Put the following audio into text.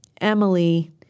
Emily